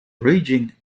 raging